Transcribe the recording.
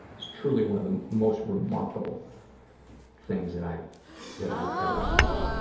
it's truly one of the most remarkable things that i've that i've ever seen,